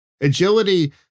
Agility